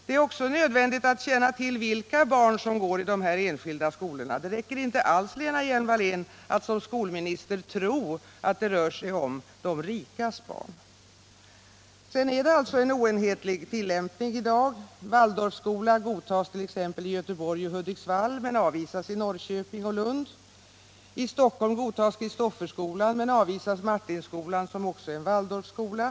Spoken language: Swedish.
Det är också nödvändigt att känna till vilka barn som går i de enskilda skolorna. Det räcker inte alls, Lena Hjelm-Wallén, att som skolminister tro att det rör sig om de rikas barn. Tillämpningen är alltså oenhetlig i dag. Waldorfskolan godtas t.ex. i Göteborg och Hudiksvall men avvisas i Norrköping och Lund. Stockholm godtar Kristofferskolan men avvisar Martinskolan, som också är en Waldorfskola.